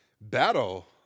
battle